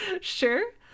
sure